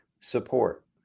Support